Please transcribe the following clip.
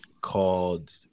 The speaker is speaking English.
called